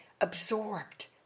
absorbed